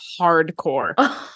hardcore